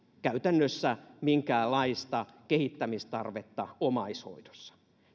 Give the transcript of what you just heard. käytännössä minkäänlaista kehittämistarvetta omaishoidossa